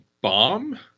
bomb